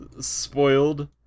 spoiled